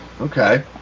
Okay